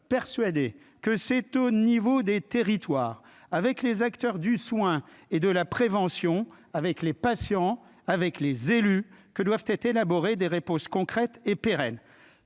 persuadés que c'est au niveau des territoires avec les acteurs du soin et de la prévention avec les patients, avec les élus que doivent être élaborés des réponses concrètes et pérennes,